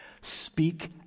Speak